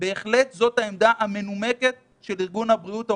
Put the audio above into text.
זו בהחלט העמדה המנומקת של ארגון הבריאות העולמי,